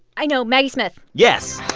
i know maggie smith yes.